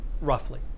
roughly